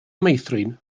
meithrin